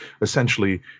essentially